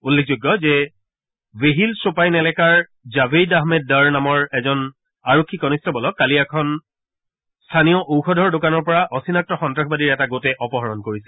উল্লেখযোগ্য যে ভেহিল খ্বপাইন এলেকাৰ জাভেইদ আহমেদ দৰ নামৰ এজন আৰক্ষী কনিষ্টবলক কালি এখন স্থানীয় ঔষধৰ দোকানৰ পৰা অচিনাক্ত সন্ত্ৰাসবাদীৰ এটা গোটে অপহৰণ কৰিছিল